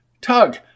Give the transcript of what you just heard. Tug